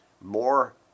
more